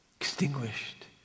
extinguished